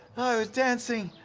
i was dancing.